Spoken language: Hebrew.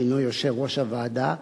שהינו יושב-ראש הוועדה,